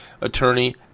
attorney